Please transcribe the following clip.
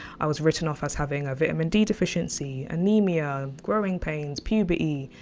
i was written off as having a vitamin d deficiency anaemia, growing pains, puberty,